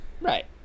Right